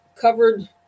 covered